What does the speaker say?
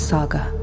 Saga